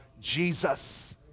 Jesus